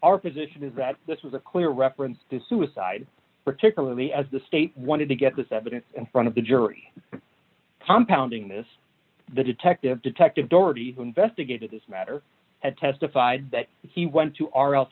our position is that this was a clear reference to suicide particularly as the state wanted to get this evidence in front of the jury tom pounding this detective detective doherty investigated this matter had testified that he went to our el